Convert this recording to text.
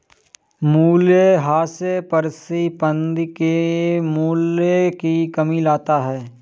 मूलयह्रास परिसंपत्ति के मूल्य में कमी लाता है